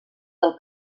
del